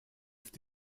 ist